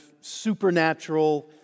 supernatural